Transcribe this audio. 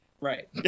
Right